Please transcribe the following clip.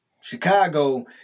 Chicago